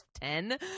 ten